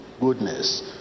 goodness